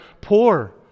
poor